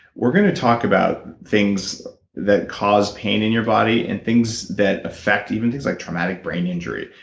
we're going to talk about things that cause pain in your body, and things that affect even things like traumatic brain injury.